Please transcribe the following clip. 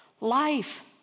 life